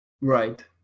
right